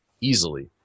easily